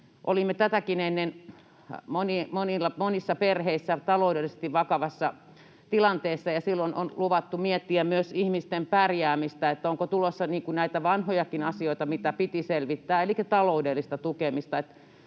tätäkin ennen monissa perheissä taloudellisesti vakavassa tilanteessa, ja silloin on luvattu miettiä myös ihmisten pärjäämistä. Eli onko tulossa näitä vanhojakin asioita, mitä piti selvittää, elikkä taloudellista tukemista?